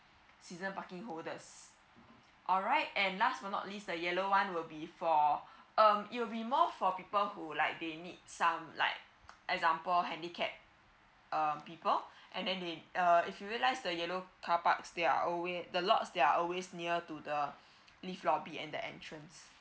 season parking holders alright and last but not least the yellow one will be for um it will be more for people who like they need some like example handicapped um people and then they uh if you realize the yellow carparks they're always the lots they're always near to the lift lobby and the entrance